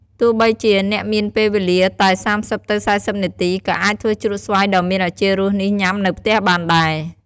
ទោះបីជាអ្នកមានពេលវេលាតែ៣០ ទៅ៤០នាទីក៏អាចធ្វើជ្រក់ស្វាយដ៏មានឱជារសនេះញុំានៅផ្ទះបានដែរ។